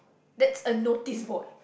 that's a notice board